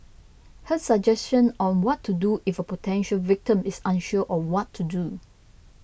her suggestion on what to do if a potential victim is unsure of what to do